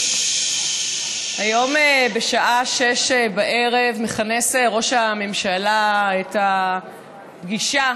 היום בשעה 18:00 מכנס את ראש הממשלה את הפגישה